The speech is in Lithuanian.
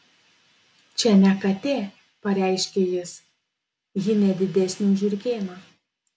čia ne katė pareiškė jis ji ne didesnė už žiurkėną